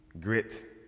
grit